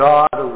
God